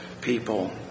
people